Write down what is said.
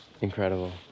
Incredible